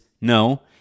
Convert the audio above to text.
no